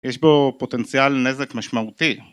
יש בו פוטנציאל נזק משמעותי